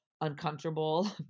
uncomfortable